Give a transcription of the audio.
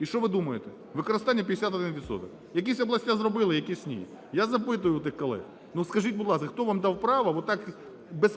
І що ви думаєте? Використання – 51 відсоток. Якісь області зробили, якісь ні. Я запитую у тих колег, скажіть, будь ласка, хто вам дав право так